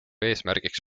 eesmärgiks